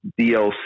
dlc